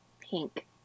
Pink